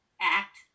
act